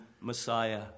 Messiah